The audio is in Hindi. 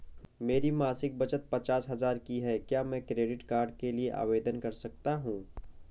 मेरी मासिक बचत पचास हजार की है क्या मैं क्रेडिट कार्ड के लिए आवेदन कर सकता हूँ?